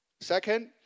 Second